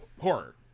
Horror